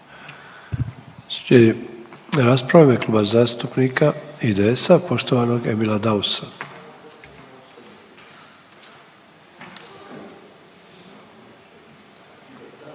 Slijedi rasprava u ime Kluba zastupnika IDS-a poštovanog Emila Dausa.